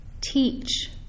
Teach